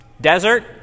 Desert